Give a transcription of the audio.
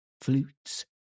flutes